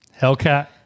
Hellcat